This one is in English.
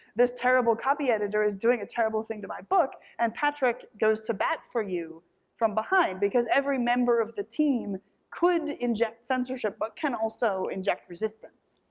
this terrible copy editor is doing a terrible thing to my book, and patrick goes to bat for you from behind, because every member of the team could inject censorship, but can also inject resistance.